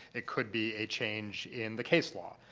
it could be a change in the case law.